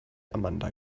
amanda